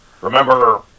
remember